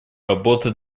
работы